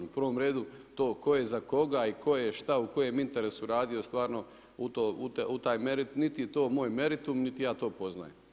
U prvom redu, tko je za koga i tko je šta u kojem interesu radio, stvarno u taj meritum, niti je to moj meritum, niti ja to poznajem.